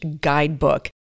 Guidebook